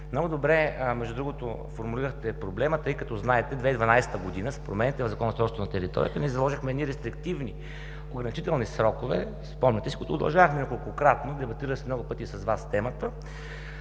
Много добре, между другото, формулирахте проблема, тъй като знаете, че в 2012 г. с промените в Закона за устройство на територията ние заложихме едни рестриктивни обозначителни срокове, спомняте си, които удължавахме няколкократно, и сме дебатирали много пъти с Вас темата.